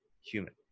human